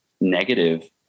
negative